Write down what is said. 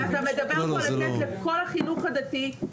אתה מדבר פה על לתת לכל החינוך הדתי,